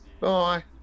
Bye